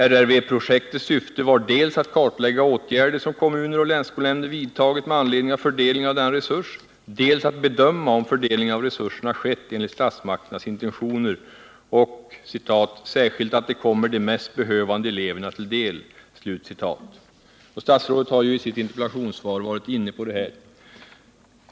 RRV-projektets syfte var dels att kartlägga åtgärder som kommuner och länsskolnämnder vidtagit med anledning av fördelningen av denna resurs, dels att bedöma om fördelningen av resurserna skett enligt statsmakternas intentioner och ”särskilt att de kommer de mest behövande eleverna till del”. Statsrådet har i sitt interpellationssvar varit inne på det.